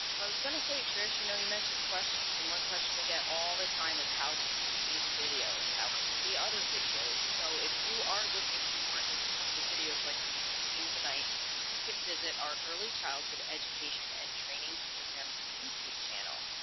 was gonna say trish you know you mentioned questions and one question we get all the time is how can we see the video is how can we see other videos so if you are looking for more informative videos like the ones we've seen tonight you can visit our early childhood education and training program youtube channel.